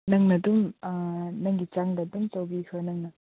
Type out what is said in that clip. ꯅꯪꯅ ꯑꯗꯨꯝ ꯅꯪꯒꯤ ꯆꯥꯡꯗ ꯑꯗꯨꯝ ꯇꯧꯕꯤꯈ꯭ꯔꯣ ꯅꯪꯅ